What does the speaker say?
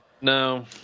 no